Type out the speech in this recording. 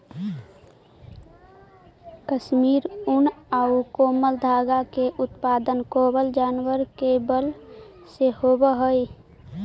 कश्मीरी ऊन आउ कोमल धागा के उत्पादन कोमल जानवर के बाल से होवऽ हइ